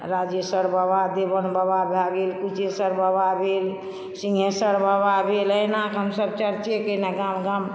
राजेश्वर बाबा देवन बाबा भए गेल कुजेश्वर बाबा भेल सिंघेश्वर बाबा भेल अहिनाक हमसभ चर्चे केने गाम गाम